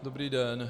Dobrý den.